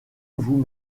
vous